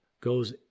goes